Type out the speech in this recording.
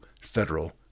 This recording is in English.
federal